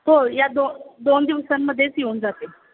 हो या दो दोन दिवसांमध्येच येऊन जाते